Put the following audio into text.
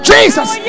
Jesus